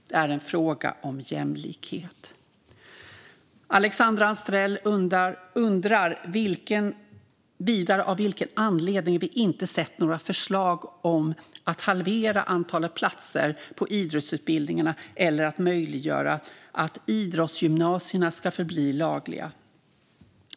Det är en fråga om jämlikhet. Alexandra Anstrell undrar vidare av vilken anledning vi inte har sett några förslag om att halvera antalet platser på idrottsutbildningarna eller att möjliggöra att idrottsgymnasierna ska förbli lagliga.